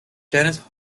dennis